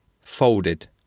folded